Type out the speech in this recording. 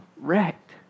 wrecked